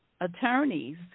attorneys